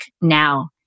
now